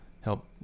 help